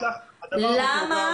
למה